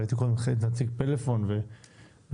ראיתי קודם את נציג פלאפון וכולי,